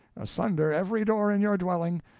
asunder every door in your dwelling,